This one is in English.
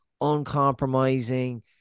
uncompromising